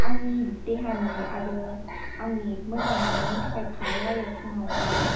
आंनि देहानि आरो आंनि मोजां मोन्नायनि थाखाय खारो आरो फुङावहाय